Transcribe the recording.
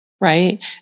Right